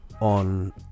on